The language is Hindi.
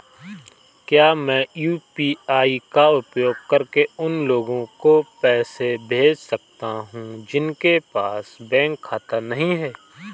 क्या मैं यू.पी.आई का उपयोग करके उन लोगों को पैसे भेज सकता हूँ जिनके पास बैंक खाता नहीं है?